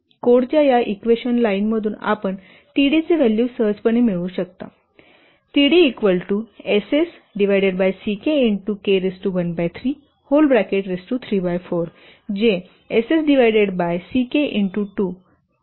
कोडच्या या equation line मधून आपण t d चे व्हॅल्यू सहजपणे मिळवू शकता जे Ss divided by C k into k to power 1 by 3